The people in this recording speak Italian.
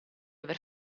aver